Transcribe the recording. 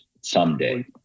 someday